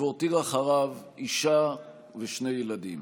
והותיר אחריו אישה ושני ילדים.